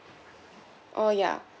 oh ya